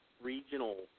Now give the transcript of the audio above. regional